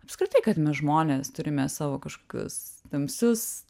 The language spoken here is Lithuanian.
apskritai kad mes žmonės turime savo kažkokius tamsius